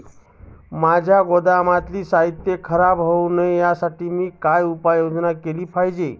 माझ्या गोदामातील साहित्य खराब होऊ नये यासाठी मी काय उपाय योजना केली पाहिजे?